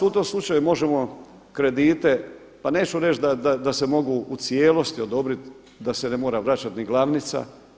U tom slučaju možemo kredite, pa neću reći da se mogu u cijelosti odobrit da se ne mora vraćat ni glavnica.